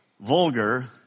vulgar